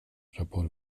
rapor